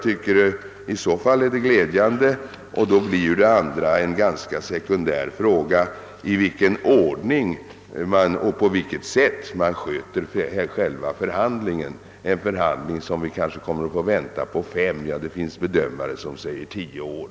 I så fall blir det en ganska sekundär fråga i vilken ordning och på vilket sätt man sköter själva förhandlingen — en förhandling som vi kanske kommer att få vänta på i fem år — ja det finns bedömare som säger tio år.